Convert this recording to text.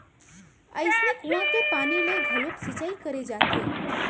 अइसने कुँआ के पानी ले घलोक सिंचई करे जाथे